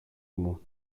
μου